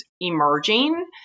emerging